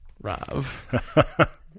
Rav